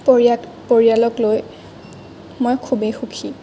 পৰিয়াত পৰিয়ালক লৈ মই খুবেই সুখী